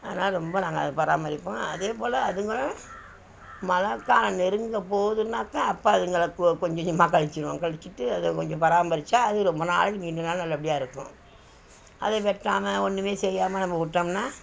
அதனால் ரொம்ப நாங்கள் அதை பராமரிப்போம் அதேபோல் அதுங்க மழை காலம் நெருங்க போகுதுன்னாக்கா அப்போ அதுங்களை கொ கொஞ்ச கொஞ்சமாக கழிச்சிருவோம் கழிச்சிட்டு அதை கொஞ்சம் பராமரிச்சால் அது ரொம்ப நாள் நீண்ட நாள் நல்லபடியாக இருக்கும் அதை வெட்டாமல் ஒன்றுமே செய்யாமல் நம்ம விட்டோம்னா